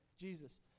Jesus